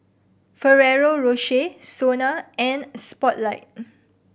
Ferrero Rocher SONA and Spotlight